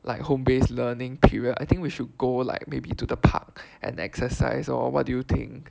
like home based learning period I think we should go like maybe to the park and exercise lor what do you think